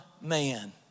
man